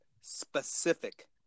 specific